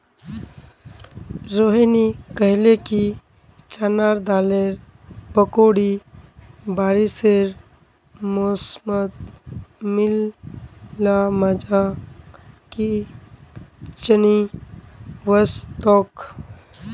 रोहिनी कहले कि चना दालेर पकौड़ी बारिशेर मौसमत मिल ल मजा कि चनई वस तोक